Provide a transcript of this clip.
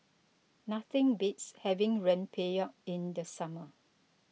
nothing beats having Rempeyek in the summer